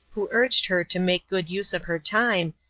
who urged her to make good use of her time,